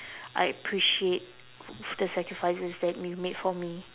I appreciate the sacrifices that you made for me